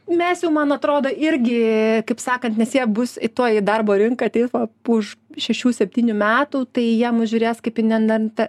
mes jau man atrodo irgi kaip sakant nes jie bus į tuoj į darbo rinką ateis už šešių septynių metų tai jie mus žiūrės kaip į ne nend